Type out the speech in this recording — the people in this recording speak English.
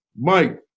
mike